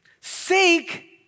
Seek